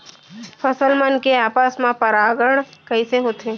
फसल मन के आपस मा परागण कइसे होथे?